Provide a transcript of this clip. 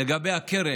לגבי הקרן,